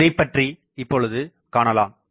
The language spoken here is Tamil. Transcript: இதைப்பற்றி இப்பொழுது காணலாம்